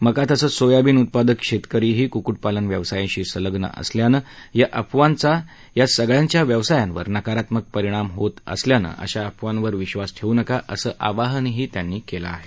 मका तसंच सोयाबीन उत्पादक शेतकरीही कुक्कुटपालन व्यवसायाशी सलंग्न असल्यानं या अफवांचा या सगळ्यांच्या व्यवसायांवर नकारात्मक परिणाम होत असल्यानं अशा अफवांवर विश्वास ठेवू नका असं आवाहनही वानखडे यांनी केलं आहे